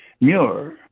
muir